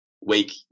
Wake